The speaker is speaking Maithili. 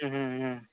ह्म्म ह्म्म ह्म्म